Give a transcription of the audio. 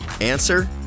Answer